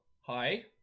hi